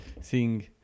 seeing